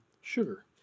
sugar